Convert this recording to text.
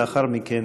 לאחר מכן